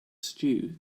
stew